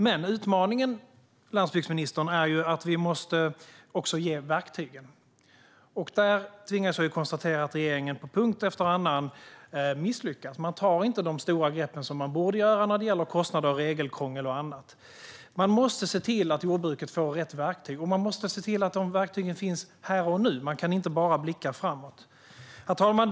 Men utmaningen är att också ge verktygen. Vi tvingas konstatera att regeringen misslyckas på punkt efter annan. Man tar inte de stora grepp man borde ta när det gäller kostnader, regelkrångel och annat. Man måste se till att jordbruket får rätt verktyg och att de verktygen finns här och nu. Man kan inte bara blicka framåt. Herr talman!